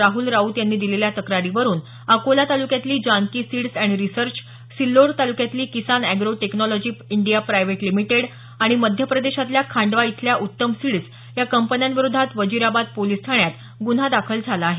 राहुल राऊत यांनी दिलेल्या तक्रारीवरुन अकोला तालुक्यातली Janaki seeds and research Sillod तालुक्यातली Kisan agro technology India private limited आणि मध्य प्रदेशातल्या खांडवा इथल्या उत्तम सिड्स या कपंन्यांविरोधात वजीराबाद पोलिस ठाण्यात गुन्हा दाखल झाला आहे